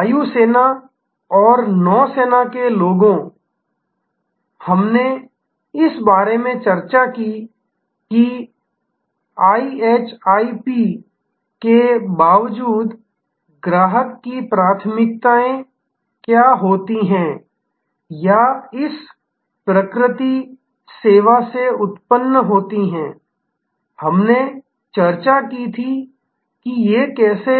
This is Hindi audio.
वायु सेना और नौसेना के लोगों हमने इस बारे में चर्चा की कि आईएचआईपी के बावजूद ग्राहक की प्राथमिकताएँ क्या होती हैं या इस प्रकृति सेवा से उत्पन्न होती हैं हमने चर्चा की थी कि ये कैसे